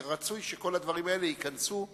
רצוי שכל הדברים האלה ייכנסו.